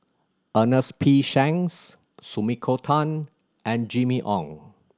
Ernest P Shanks Sumiko Tan and Jimmy Ong